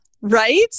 right